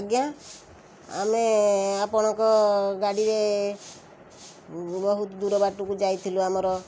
ଆଜ୍ଞା ଆମେ ଆପଣଙ୍କ ଗାଡ଼ିରେ ବହୁତ ଦୂର ବାଟକୁ ଯାଇଥିଲୁ ଆମର